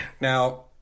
Now